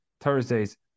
Thursday's